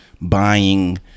buying